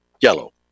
yellow